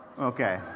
Okay